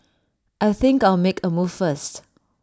I think I'll make A move first